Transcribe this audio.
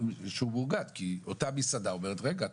כי אותה מסעדה אומרת רגע,